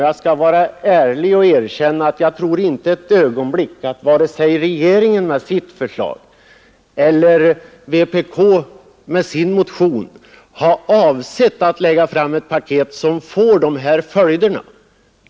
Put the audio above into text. Jag skall ärligt erkänna, att jag tror inte ett ögonblick att vare sig regeringen med sitt förslag eller vänsterpartiet kommunisterna med sin motion har avsett att lägga fram ett paket som får de här följderna.